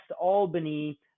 Albany